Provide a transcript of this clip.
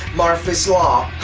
murphy's law.